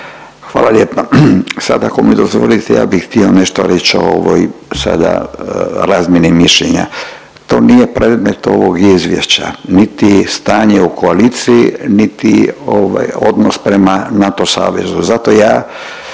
Hvala lijepa. Sad ako mi dozvolite ja bih htio nešto reći o ovoj sada razmjeni mišljenja. To nije predmet ovog izvješća, niti stanje u koaliciji, niti ovaj odnos prema NATO savezu.